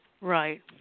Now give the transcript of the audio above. Right